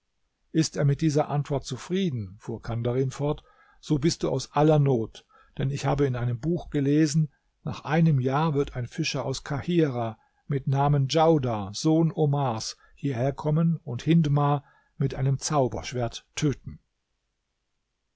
ist er mit dieser antwort zufrieden fuhr kandarin fort so bist du aus aller not denn ich habe in einem buch gelesen nach einem jahr wird ein fischer aus kahirah mit namen djaudar sohn omars hierher kommen und hindmar mit einem zauberschwert töten